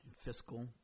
fiscal